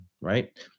right